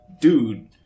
Dude